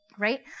Right